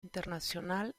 internacional